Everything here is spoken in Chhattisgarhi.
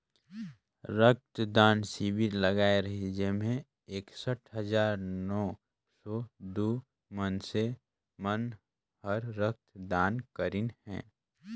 रक्त दान सिविर लगाए रिहिस जेम्हें एकसठ हजार नौ सौ दू मइनसे मन हर रक्त दान करीन हे